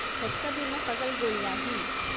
कतका दिन म फसल गोलियाही?